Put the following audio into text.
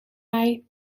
mij